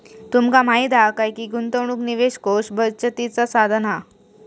तुमका माहीत हा काय की गुंतवणूक निवेश कोष बचतीचा साधन हा